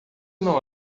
não